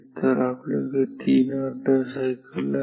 तर आपल्याकडे 3 अर्ध्या सायकल आहेत